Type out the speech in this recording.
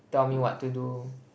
tell me what to do